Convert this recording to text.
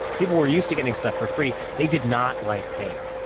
people were used to getting stuff for free. they did not like paying,